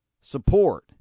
support